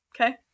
Okay